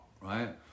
right